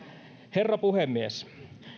herra puhemies